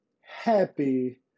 happy